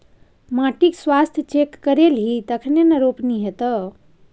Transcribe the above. माटिक स्वास्थ्य चेक करेलही तखने न रोपनी हेतौ